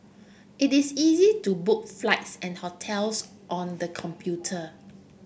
it is easy to book flights and hotels on the computer